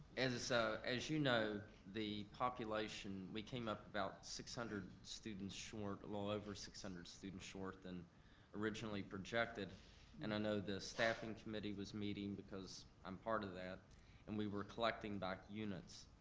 as so as you know the population, we came up about six hundred students short, a little over six hundred students short, than originally projected and i know the staffing committee was meeting because i'm part of that and we collecting back units.